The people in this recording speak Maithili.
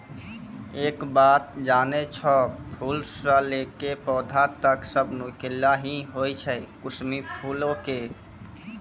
एक बात जानै छौ, फूल स लैकॅ पौधा तक सब नुकीला हीं होय छै कुसमी फूलो के